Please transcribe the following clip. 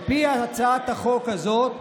שקר, על פי הצעת החוק הזאת,